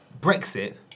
Brexit